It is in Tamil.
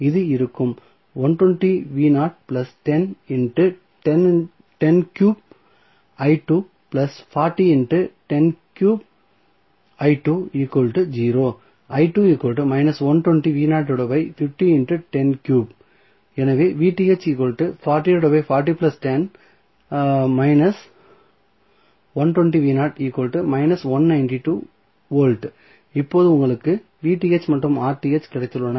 இது இருக்கும் எனவே இப்போது உங்களுக்கு மற்றும் கிடைத்துள்ளன